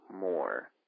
more